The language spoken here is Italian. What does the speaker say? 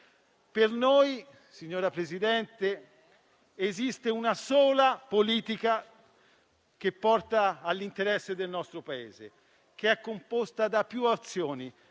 concreti. Signora Presidente, per noi esiste una sola politica che porta all'interesse del nostro Paese, composta da più azioni